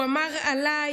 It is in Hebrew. הוא אמר עליי,